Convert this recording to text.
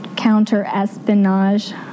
counter-espionage